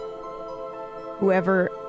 whoever